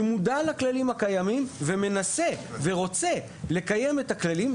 שמודע לכללים הקיימים ומנסה ורוצה לקיים את הכללים,